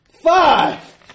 Five